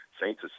Saints